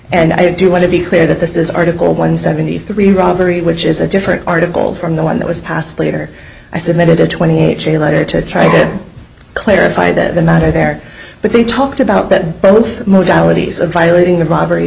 and i do want to be clear that this is article one seventy three robbery which is a different article from the one that was passed later i submitted a twenty eight chain letter to try to clarify the matter there but they talked about that but with mortality as of violating the briber